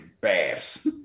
baths